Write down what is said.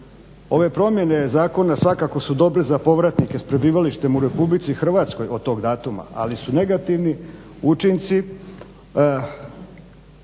Ove promjene zakona svakako su dobre za povratnike s prebivalištem u RH od tog datuma, ali su negativni učinci